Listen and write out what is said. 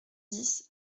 dix